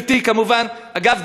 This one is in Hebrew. אגב,